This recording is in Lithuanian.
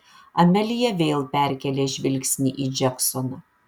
amelija vėl perkėlė žvilgsnį į džeksoną